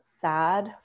sad